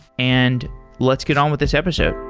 and let's get on with this episode